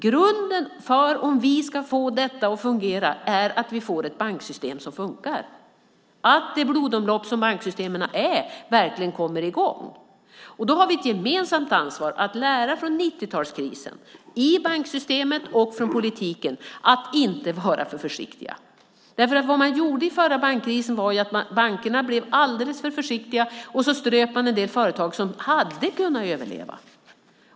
Grunden för att vi ska få detta att fungera är att vi får ett banksystem som funkar, att det blodomlopp som banksystemen är verkligen kommer i gång. Vi har ett gemensamt ansvar att lära från 90-talskrisen, i banksystemet och i politiken, att inte vara för försiktiga. I förra bankkrisen blev bankerna alldeles för försiktiga och ströp en del företag som hade kunnat överleva.